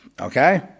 Okay